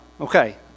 Okay